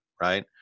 right